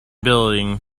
building